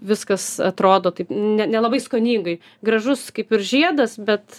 viskas atrodo taip ne nelabai skoningai gražus kaip ir žiedas bet